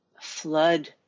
flood